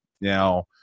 Now